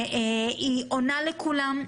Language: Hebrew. היא עונה לכולם,